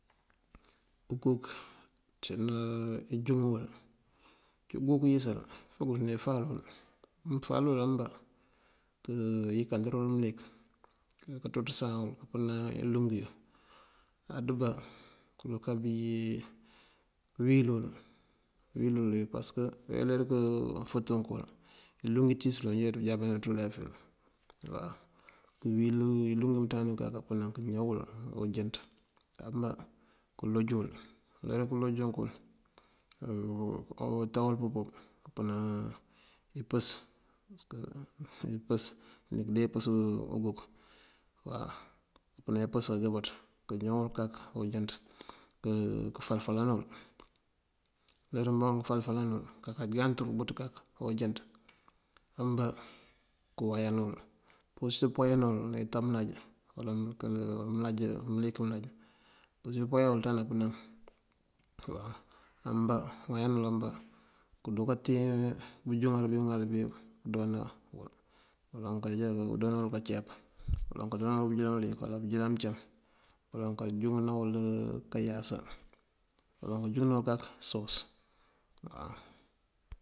Uguk cína ijúŋ wul, uguk uyësal fok këdune fal wul. Mënfal wul ambá këyëkadër wul mëlik pëţúsan ná ilung yuŋ adubá këduka bí wil wul. Pasëk a uler wí këfëţ wuŋ wul iluŋ itíis yuŋ já idujaban dí ulef wul waw. Këwil iluŋ imënţandana yuŋ këka pënan këñaw wul awujënţ ambá këloj wul. Uler wí këloj wuŋ wul këtaw wul pëpub këpënan ipës. Ipës mëndiŋ dee ipës uguk waw. Këpënan ipës kagëbëţ këñaaw wul kak awujënţ këfal falan wul. Uler wí mëmbá wuŋ pëfal falan wul këkaka ñaw wul kak awujënţ ambá këwayan wul. Mëmpusir pëwayan wul ná ita mëlaj wala mëlaj mëlik mëlaj. Mëmpurësir pëwayan kak ná pënam ambá këwayan wul ambá këteen bëjúŋar bí mëŋal bí pëdoona. Baloŋ kajá pëdoona wul kaceep, baloŋ kadoona wul bëjëlan iliyëk wala bëjëlan mëncam, baloŋ kajúŋëna wul kayasa, baloŋ kajúŋëna wul kak soos waw.